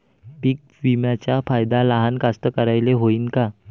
पीक विम्याचा फायदा लहान कास्तकाराइले होईन का?